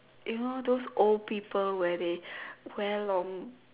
you know those old people where they wear long